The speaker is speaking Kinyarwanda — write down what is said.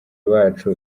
bacu